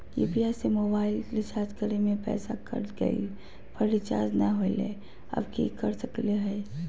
UPI से mobile recharge करे में पैसा कट गेलई, पर रिचार्ज नई होलई, अब की कर सकली हई?